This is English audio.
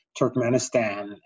Turkmenistan